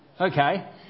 Okay